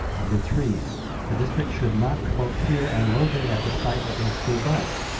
number three the district should not promote fear and loathing at the site of a school bus,